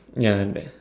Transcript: ya that's bad